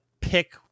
pick